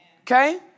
okay